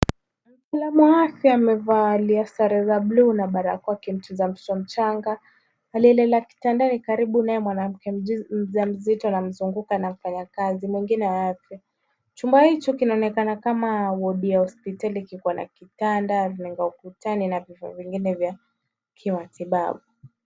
Mtalaamu wa afya amevalia sare ya bluu na barakoa na anamtibu mtoto anaye lala kitandani, karibu naye mwanamke mjamzito na mzunguko na mfanyakazi mwingine. Chumba hicho kinaonekana kama wodi ya hospitali kiko na kitanda kimega ukutani na vitu vingine vya kiwanti babu.